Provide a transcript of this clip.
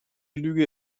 lüge